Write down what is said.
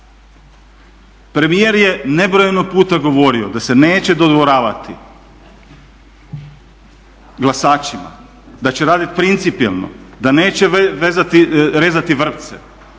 Premijer je nebrojeno puta govorio da se neće dodvoravati glasačima, da će raditi principijelno, da neće rezati vrpce,